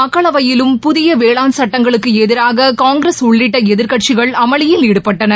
மக்களவையிலும் புதிய புவேளாண் சட்டங்களுக்கு எதிராக காங்கிரஸ் உள்ளிட்ட எதிர்க்கட்சிகள் அமளியில் ஈடுபட்டன